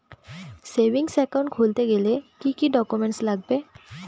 Savings account খুলতে গেলে কি কি ডকুমেন্টস লাগবে?